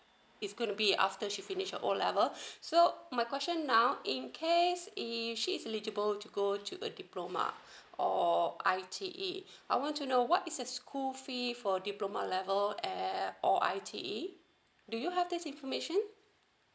is gonna be after she finish her O levels so my question now in case if she is eligible to go to a diploma or I_T_E I want to know what is the school fee for diploma level err or I_T_E do you have this information